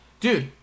Dude